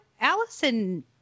Allison